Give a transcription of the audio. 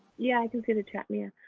yeah, i can see the chat, mia.